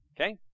Okay